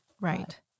Right